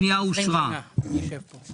הצבעה בעד, רוב פניות מס'